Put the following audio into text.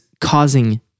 causing